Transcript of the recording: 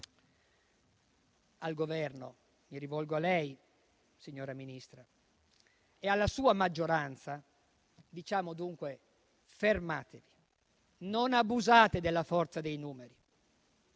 Al Governo - mi rivolgo a lei, signora Ministra - e alla sua maggioranza diciamo dunque: fermatevi, non abusate della forza dei numeri.